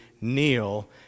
kneel